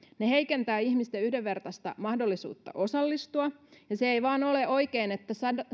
ne heikentävät ihmisten yhdenvertaista mahdollisuutta osallistua ja se ei vain ole oikein että